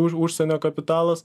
už užsienio kapitalas